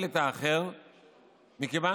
הפגנות בבלפור מותר,